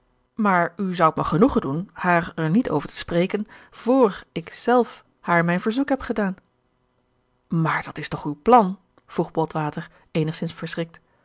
maar u zoudt me genoegen doen haar er niet over te spreken vr ik zelf haar mijn verzoek heb gedaan maar dat is toch uw plan vroeg botwater eenigzins verschrikt